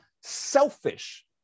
selfish